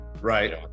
Right